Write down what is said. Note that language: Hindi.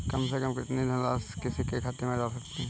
कम से कम कितनी धनराशि किसी के खाते में डाल सकते हैं?